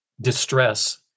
distress